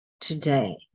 today